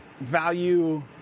value